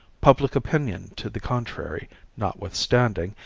public opinion to the contrary notwithstanding,